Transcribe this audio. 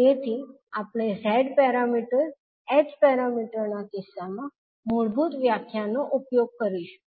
તેથી આપણે h parameters ના કિસ્સામાં મૂળભૂત વ્યાખ્યા નો ઉપયોગ કરીશું